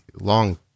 long